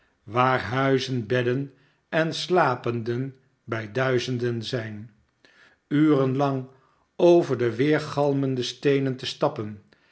waar huizen bedden en slapenden bij duizenden zijn uren lang over de weergaimende steenen te stappen